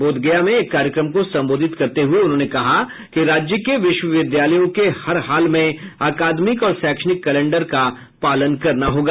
बोधगया में एक कार्यक्रम को संबोधित करते हुये उन्होंने कहा कि राज्य के विश्वविद्यालयों को हर हाल में अकादमिक और शैक्षणिक कैलेंडर का पालन करना होगा